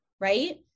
right